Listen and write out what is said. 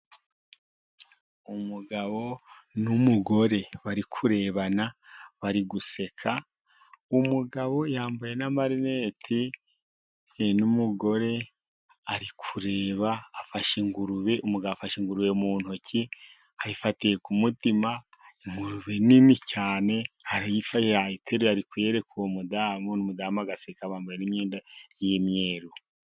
Umugabo n'umugore bari kurebana bari guseka umugabo yambaye n'amarinete n'umugore ari kureba afashe ingurube, umugabo afashe ingurube mu ntoki , ayifatiye ku mutima, ingurube nini cyane, yayiteruye ari kuyereka uwo mudamu, umudamu agaseka bambaye imyenda y'imyeru.